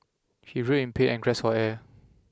he writhed in pain and grasp for air